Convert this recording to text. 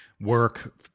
work